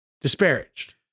disparaged